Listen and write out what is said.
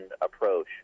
approach